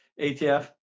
atf